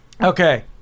Okay